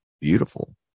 beautiful